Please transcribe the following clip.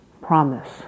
promise